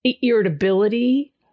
Irritability